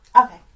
Okay